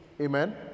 Amen